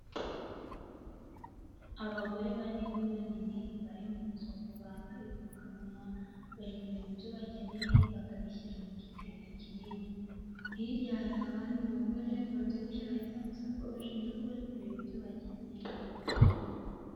Abagore banini banini bari mu isoko bambaye udupfukamunwa bari kureba ibyo bakeneye bakabishyira mu gitete kinini, hirya hari abandi bagore babyibushye bahetse amasakoshi na bo bari kureba ibyo bakeneye.